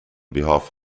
behalf